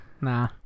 nah